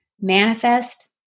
manifest